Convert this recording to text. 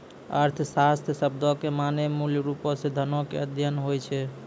अर्थशास्त्र शब्दो के माने मूलरुपो से धनो के अध्ययन होय छै